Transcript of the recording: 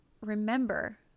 remember